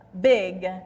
big